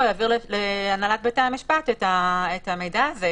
יעביר להנהלת בתי המשפט את המידע הזה,